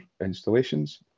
installations